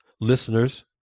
listeners